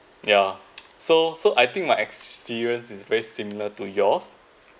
ya so so I think my experience is very similar to yours